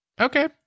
Okay